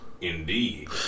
Indeed